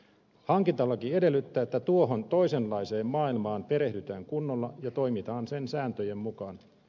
hankintalaki edellyttää että tuohon toisenlaiseen maailmaan perehdytään kunnolla ja toimitaan sen sääntöjen mukaan